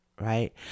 right